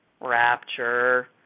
rapture